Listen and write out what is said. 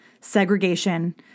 segregation